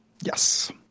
Yes